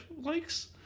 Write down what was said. likes